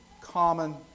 common